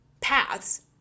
paths